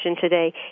today